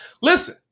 Listen